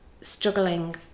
struggling